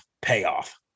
payoff